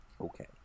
okay